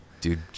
Dude